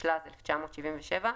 התשל"ז 1977,